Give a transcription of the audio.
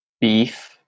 beef